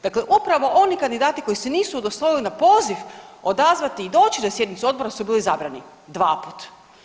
Dakle, upravo oni kandidati koji se nisu udostojali na poziv odazvati i doći na sjednicu odbora su bili izabrani dva put.